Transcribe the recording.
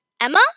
Emma